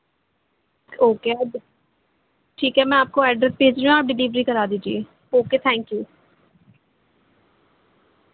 okay آ ٹھیک ہے میں آپ کو ایڈریس بھیج رہی ہوں آپ ڈلیوری کرا دیجیے اوکے تھینک یو